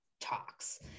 talks